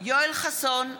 יואל חסון,